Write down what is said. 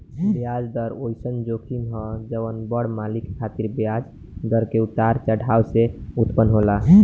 ब्याज दर ओइसन जोखिम ह जवन बड़ मालिक खातिर ब्याज दर के उतार चढ़ाव से उत्पन्न होला